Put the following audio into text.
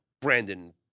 Brandon